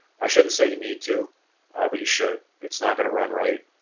i shouldn't say you need to ah but you should it's not gonna run right?